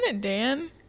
Dan